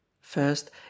first